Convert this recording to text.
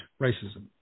racism